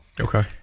Okay